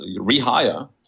rehire